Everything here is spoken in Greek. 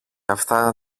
αυτά